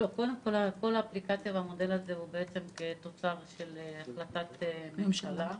כל האפליקציה והמודל הזה הוא תוצר של החלטת ממשלה,